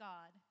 God